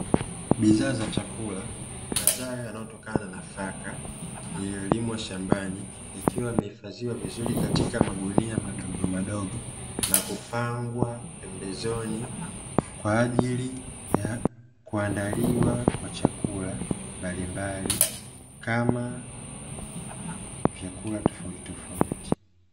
Bidhaa za chakula, mazao yanayotokana na nafaka yanayolimwa shambani, yakiwa yamehifadhiwa vizuri katika magunia madogomadogo na kupangwa pembezoni kwa ajili ya kuandaliwa kwa chakula mbalimbali, kama vyakula tofautitofauti.